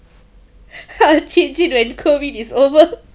cheap cheap when COVID is over